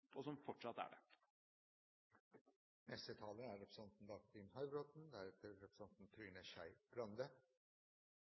og som fortsatt er det. Det er